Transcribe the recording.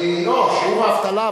לא, שיעור האבטלה.